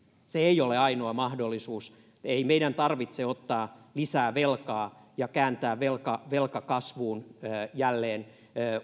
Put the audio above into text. se ei ole ainoa mahdollisuus ei meidän tarvitse ottaa lisää velkaa ja kääntää velkaa velkaa jälleen